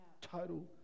Total